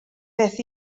beth